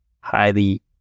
highly